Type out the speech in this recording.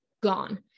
gone